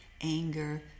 Anger